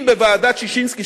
אם בוועדת-ששינסקי,